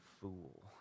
fool